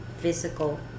physical